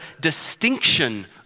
distinction